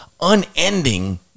unending